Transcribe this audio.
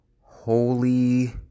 holy